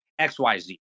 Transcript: XYZ